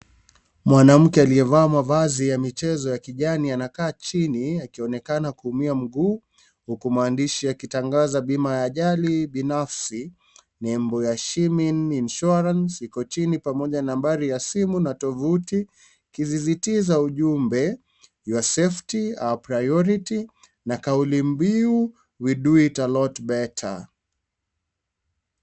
Mwanamke aliyevaa mavazi ya michezo ya kijani anakaa chini akionekana kuumia mguu huku maandishi yakitangaza bima ya ajali binafsi. Nembo ya Shimini Insurance iko chini pamoja na nambari ya simu na tovuti; ikisisitiza ujumbe wa Safety our Priority na kauli mbiu We do It Alot Better .